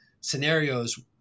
scenarios